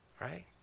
right